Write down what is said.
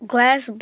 Glass